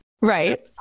Right